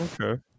Okay